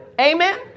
Amen